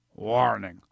Warning